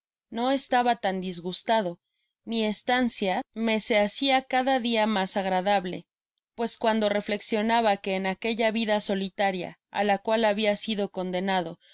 no estaba tan disgustado mi estancia me se hacia cada dia mas agradable pues cuando reflexionaba que en aquella vida solitaria á la cual habia sido condenado